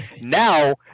now